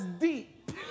deep